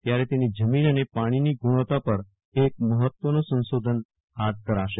ત્યારે તેની જમીન અને પાણીની ગુણવતા પર એક મહત્વનું સ્થીોધન હાથ ધરાશે